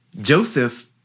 Joseph